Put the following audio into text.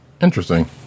Interesting